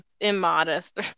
immodest